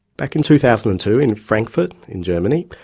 back in two thousand and two in frankfurt, in germany,